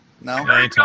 No